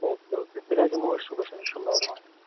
okay okay تیٚلہِ حظ یِمو أسۍ صُبحَس اِنشااللہُ رحمٰن